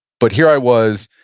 but here i was,